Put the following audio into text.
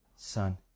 Son